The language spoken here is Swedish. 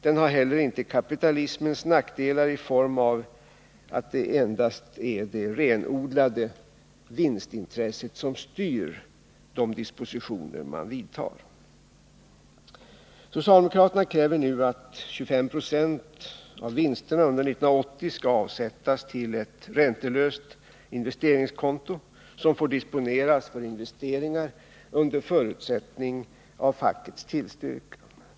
Den har heller inte kapitalismens nackdelar i form av att det endast är det renodlade vinstintresset som styr de dispositioner man vidtar. Socialdemokraterna kräver nu att 25 96 av vinsterna under 1980 skall avsättas till ett räntelöst investeringskonto, som får disponeras för investeringar under förutsättning av fackets tillstyrkan.